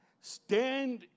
stand